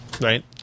Right